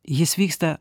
jis vyksta